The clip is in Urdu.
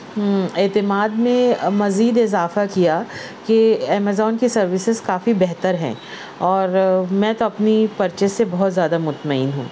اعتماد میں مزید اضافہ کیا کہ ایمزون کی سروِسز کافی بہتر ہیں اور میں تو اپنی پرچیز سے بہت زیادہ مطمئن ہوں